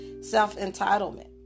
self-entitlement